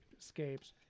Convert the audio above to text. escapes